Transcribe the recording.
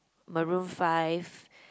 Maroon-Five